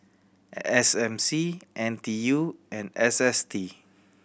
S M C N T U and S S T